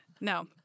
no